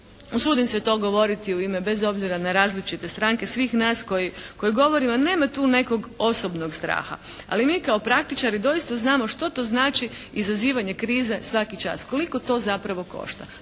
usudim se to govoriti u ime bez obzira na različite stranke svih nas koji govorimo. Nema tu nekog osobnog straha ali mi kao praktičari doista znamo što to znači izazivanje krize svaki čas, koliko to zapravo košta.